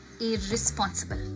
irresponsible